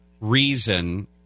reason